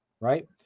right